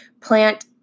plant